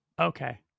Okay